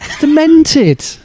demented